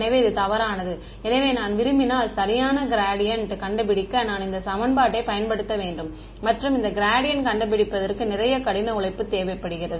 எனவே இது தவறானது எனவே நான் விரும்பினால் சரியான க்ராடியன்ட் கண்டுபிடிக்க நான் இந்த சமன்பாட்டை பயன்படுத்த வேண்டும் மற்றும் இந்த க்ராடியன்ட் கண்டுபிடிப்பதற்கு நிறைய கடின உழைப்பு தேவைப்படுகிறது